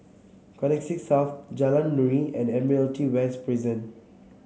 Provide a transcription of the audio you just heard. Connexis South Jalan Nuri and Admiralty West Prison